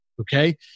Okay